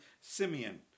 Simeon